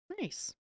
Nice